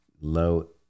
low